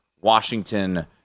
Washington